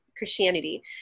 christianity